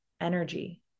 energy